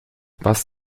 was